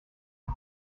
lus